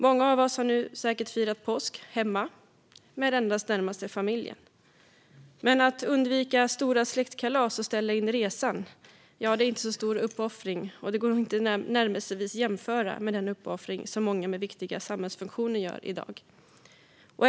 Många av oss har säkert firat påsk hemma med endast den närmaste familjen. Att undvika stora släktkalas och att ställa in resan är dock inte en särskilt stor uppoffring, och den går inte ens att jämföra med den uppoffring som många med viktiga samhällsfunktioner i dag gör.